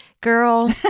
Girl